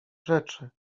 rzeczy